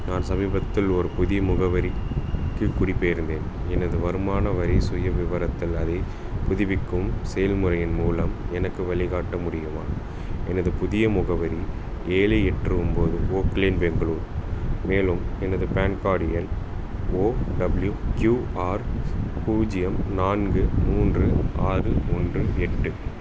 நான் சமீபத்தில் ஒரு புதிய முகவரிக்கு குடிப்பெயர்ந்தேன் எனது வருமான வரி சுயவிவரத்தில் அதை புதுப்பிக்கும் செயல்முறையின் மூலம் எனக்கு வழிகாட்ட முடியுமா எனது புதிய முகவரி ஏழு எட்டு ஒம்போது ஓக் லேன் பெங்களூர் மேலும் எனது பான் கார்டு எண் ஓ டபுள்யூ க்யூ ஆர் பூஜ்ஜியம் நான்கு மூன்று ஆறு ஒன்று எட்டு